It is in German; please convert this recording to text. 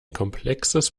komplexes